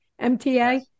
MTA